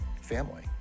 family